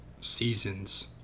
seasons